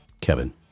Kevin